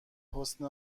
حسن